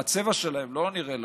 הצבע שלהם לא נראה לנו.